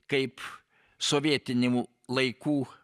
kaip sovietinių laikų